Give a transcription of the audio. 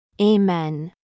Amen